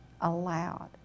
aloud